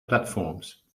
platforms